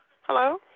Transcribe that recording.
Hello